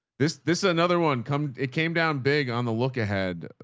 this, this is another one. come, it came down big on the look ahead.